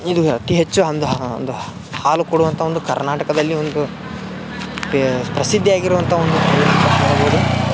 ಇಲ್ಲಿ ಅತಿ ಹೆಚ್ಚು ಹಂದ್ ಹ ಒಂದು ಹಾಲು ಕೊಡುವಂಥ ಒಂದು ಕರ್ನಾಟಕದಲ್ಲಿ ಒಂದು ಏ ಪ್ರಸಿದ್ಧಿಯಾಗಿರುವಂಥ ಒಂದು ಬೆಳೆ ಅಂತ ಹೇಳ್ಬೋದು